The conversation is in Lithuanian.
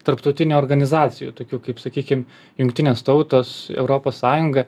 tarptautinių organizacijų tokių kaip sakykim jungtinės tautos europos sąjunga